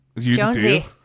Jonesy